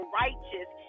righteous